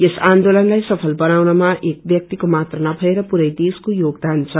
यस आन्दोलनलाई सफल बनाउनमा एक ब्यक्तिको मात्र नभएर पुरै देशको योगदान छ